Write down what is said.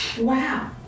Wow